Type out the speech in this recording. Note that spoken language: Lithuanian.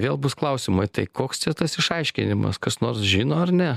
vėl bus klausimai tai koks čia tas išaiškinimas kas nors žino ar ne